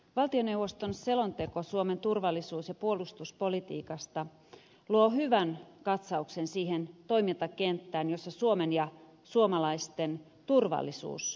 valtioneuvoston selonteko suomen turvallisuus ja puolustuspolitiikasta luo hyvän katsauksen siihen toimintakenttään jossa suomen ja suomalaisten turvallisuus muodostuu